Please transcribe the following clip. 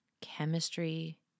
Chemistry